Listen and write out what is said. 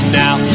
now